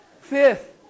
Fifth